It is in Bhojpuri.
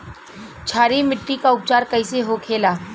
क्षारीय मिट्टी का उपचार कैसे होखे ला?